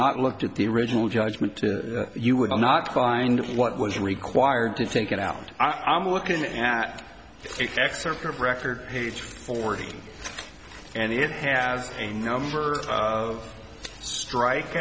not looked at the original judgement to you will not find what was required to take it out i'm looking at excerpts of record page forty and it has a number of strike